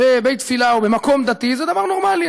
בבית-תפילה או במקום דתי זה דבר נורמלי.